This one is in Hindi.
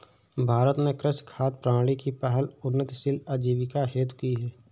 भारत ने कृषि खाद्य प्रणाली की पहल उन्नतशील आजीविका हेतु की